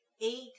Eight